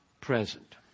present